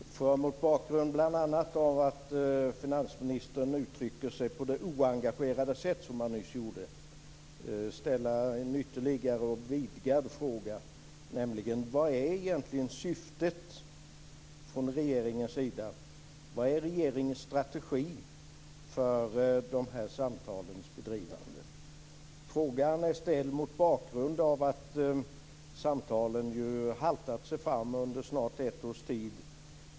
Fru talman! Får jag mot bakgrund bl.a. av att finansministern uttrycker sig på det oengagerade sätt som han nyss gjorde ställa ytterligare en, vidgad, fråga. Vad är egentligen syftet från regeringens sida? Vilken är regeringens strategi för dessa samtals bedrivande? Frågan är ställd mot bakgrund av att samtalen haltat sig fram under snart ett års tid.